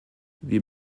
wir